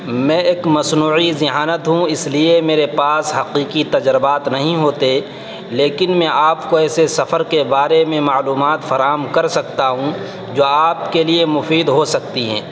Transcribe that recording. میں ایک مصنوعی ذہانت ہوں اس لیے میرے پاس حقیقی تجربات نہیں ہوتے لیکن میں آپ کو ایسے سفر کے بارے میں معلومات فراہم کر سکتا ہوں جو آپ کے لیے مفید ہو سکتی ہیں